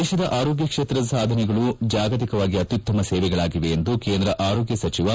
ದೇಶದ ಆರೋಗ್ಲ ಕ್ಷೇತ್ರದ ಸಾಧನೆಗಳು ಜಾಗತಿಕವಾಗಿ ಅತ್ಯುತ್ತಮ ಸೇವೆಗಳಾಗಿವೆ ಎಂದು ಕೇಂದ್ರ ಆರೋಗ್ಲ ಸಚಿವ ಡಾ